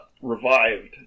revived